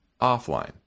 offline